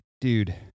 Dude